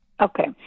Okay